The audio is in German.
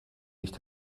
nicht